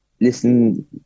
listen